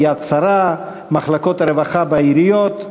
"יד שרה" ומחלקות הרווחה בעיריות,